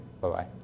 Bye-bye